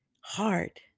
hard